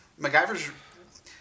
MacGyver's